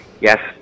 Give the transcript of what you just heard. yes